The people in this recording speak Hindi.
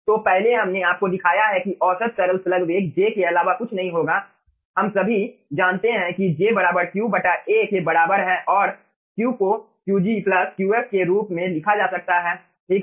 तो पहले हमने आपको दिखाया है कि औसत तरल स्लग वेग J के अलावा कुछ नहीं होगा हम सभी जानते हैं कि J Q A के बराबर है और Q को Qg Qf के रूप में लिखा जा सकता है ठीक है